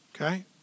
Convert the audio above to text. okay